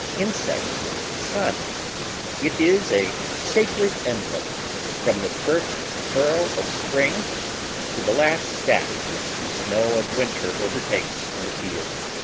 insects, sun it is a sacred emblem from the first furrow of spring to the last stack which the snow of winter overtakes in the fields.